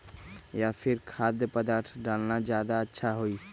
या फिर खाद्य पदार्थ डालना ज्यादा अच्छा होई?